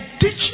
teach